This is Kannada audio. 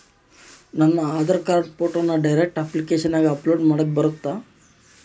ನನ್ನ ಆಧಾರ್ ಕಾರ್ಡ್ ಫೋಟೋನ ಡೈರೆಕ್ಟ್ ಅಪ್ಲಿಕೇಶನಗ ಅಪ್ಲೋಡ್ ಮಾಡಾಕ ಬರುತ್ತಾ?